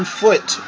foot